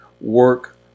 work